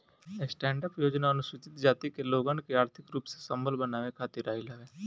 stand up योजना अनुसूचित जाति के लोगन के आर्थिक रूप से संबल बनावे खातिर आईल हवे